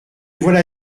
voilà